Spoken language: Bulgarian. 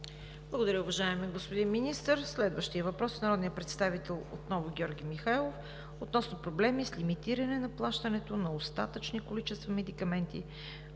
Благодаря, уважаеми господин Министър. Следващият въпрос е отново от народния представител Георги Михайлов относно проблеми с лимитиране на плащането на остатъчни количества медикаменти,